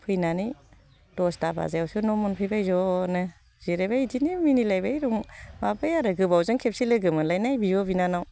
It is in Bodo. फैनानै दसथा बाजायावसो न' मोनफैबाय जनो जिरायबाय बिदिनो मिनिलायबाय माबाबाय आरो गोबावजों खेबसे लोगो मोनलायनाय बिब' बिनानाव